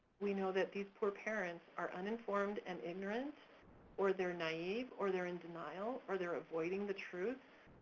we know that these poor parents are uninformed and ignorant or they're naive, or they're in denial, or they're avoiding the truth.